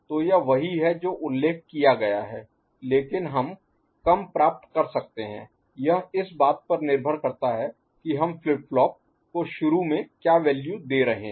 तो यह वही है जो उल्लेख किया गया है लेकिन हम कम प्राप्त कर सकते हैं यह इस बात पर निर्भर करता है कि हम फ्लिप फ्लॉप को शुरू में क्या वैल्यू दे रहे हैं